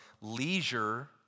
leisure